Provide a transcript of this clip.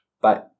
Bye